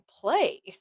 play